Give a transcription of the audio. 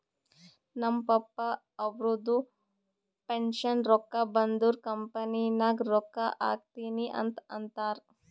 ನಮ್ ಪಪ್ಪಾ ಅವ್ರದು ಪೆನ್ಷನ್ ರೊಕ್ಕಾ ಬಂದುರ್ ಕಂಪನಿ ನಾಗ್ ರೊಕ್ಕಾ ಹಾಕ್ತೀನಿ ಅಂತ್ ಅಂತಾರ್